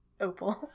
Opal